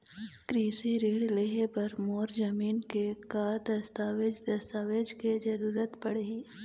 कृषि ऋण लेहे बर मोर जमीन के का दस्तावेज दस्तावेज के जरूरत पड़ही?